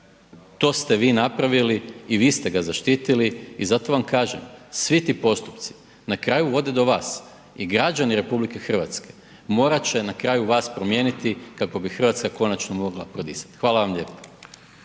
to ste vi napravili i vi ste ga zaštitili i zato vam kažem, svi ti postupci na kraju vode do vas i građani RH morat će na kraju vas promijeniti kako bi RH konačno mogla prodisati. Hvala vam lijepo.